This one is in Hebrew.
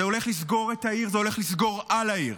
זה הולך לסגור את העיר, זה הולך לסגור על העיר.